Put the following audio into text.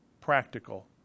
practical